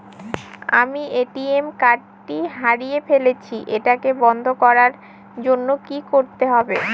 আমি ATM card টি হারিয়ে ফেলেছি এটাকে বন্ধ করার জন্য কি করতে হবে?